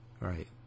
Right